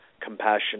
compassion